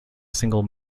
single